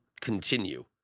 continue